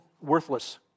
worthless